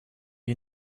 you